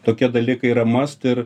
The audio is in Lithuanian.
tokie dalykai yra mast ir